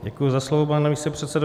Děkuji za slovo, pane místopředsedo.